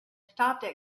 stopped